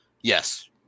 yes